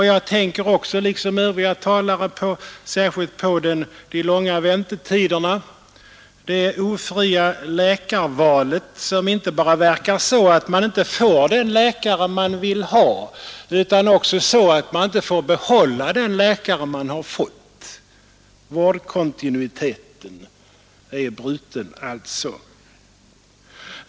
Jag liksom övriga talare tänker särskilt på de långa väntetiderna, det ofria läkarvalet, som inte bara gör att man inte får den läkare man vill ha utan också att man inte ens får behålla den läkare man har fått. Vårdkontinuiteten är alltså bruten.